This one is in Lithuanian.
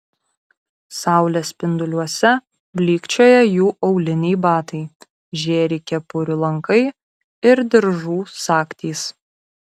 saulės spinduliuose blykčioja jų auliniai batai žėri kepurių lankai ir diržų sagtys